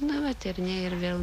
na va tyrinėja ir vėl